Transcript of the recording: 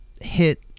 hit